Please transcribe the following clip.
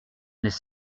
n’est